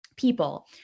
people